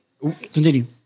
continue